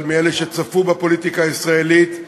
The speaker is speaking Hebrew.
אבל מאלה שצפו בפוליטיקה הישראלית,